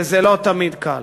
וזה לא תמיד קל.